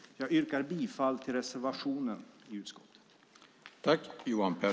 Jag yrkar bifall till reservationen i utskottet.